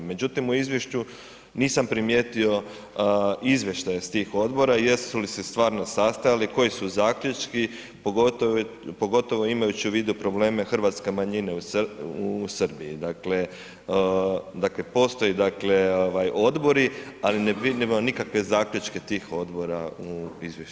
Međutim, u izvješću nisam primijetio izvještaje s tih odbora, jesu li se stvarno sastajali, koji su zaključci, pogotovo imajući u vidu probleme hrvatske manjine u Srbiji, dakle postoji dakle odbori, ali ne vidimo nikakve zaključke tih odbora u izvješću.